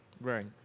right